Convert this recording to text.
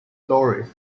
stories